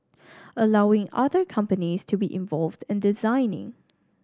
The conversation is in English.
allowing other companies to be involved in designing